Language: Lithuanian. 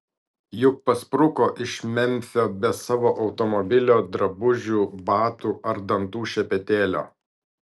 juk paspruko iš memfio be savo automobilio drabužių batų ar dantų šepetėlio